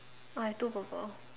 I've two purple